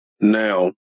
Now